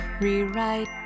rewrite